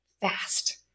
fast